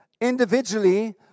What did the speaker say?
individually